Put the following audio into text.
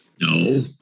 No